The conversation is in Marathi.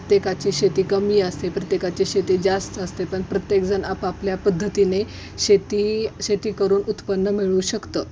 प्रत्येकाची शेती कमी असते प्रत्येकाची शेती जास्त असते पण प्रत्येकजण आपापल्या पद्धतीने शेती शेती करून उत्पन्न मिळवू शकतं